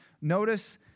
Notice